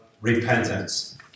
repentance